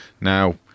Now